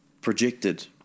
projected